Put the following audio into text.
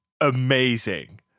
amazing